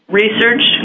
research